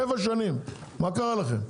שבע שנים, מה קרה לכם?